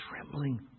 trembling